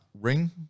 ring